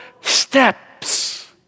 steps